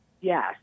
Yes